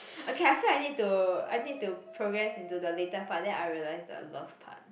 okay I feel I need to I need to progress into the later part then I realise the love part